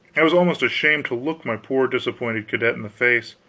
i was almost ashamed to look my poor disappointed cadet in the face.